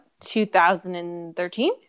2013